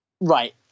Right